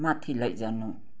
माथि लैजानु